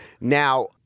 Now